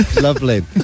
Lovely